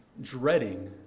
dreading